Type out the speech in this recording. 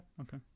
okay